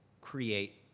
create